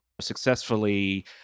successfully